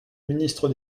ministre